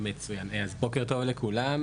מצוין, אז בוקר טוב לכולם,